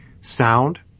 sound